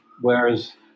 Whereas